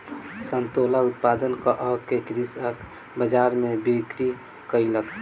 संतोला उत्पादन कअ के कृषक बजार में बिक्री कयलक